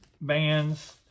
bands